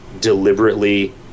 deliberately